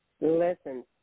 Listen